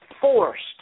forced